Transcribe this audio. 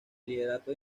liderato